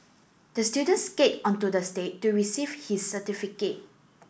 the student skate onto the stage to receive his certificate